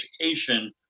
education